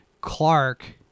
Clark